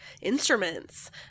instruments